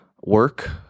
work